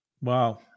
Wow